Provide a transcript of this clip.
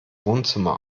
wohnzimmer